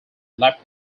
lap